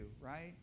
right